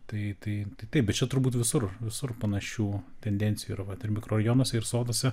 tai tai taip bet čia turbūt visur visur panašių tendencijų ir vat ir mikrorajonuose ir soduose